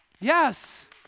Yes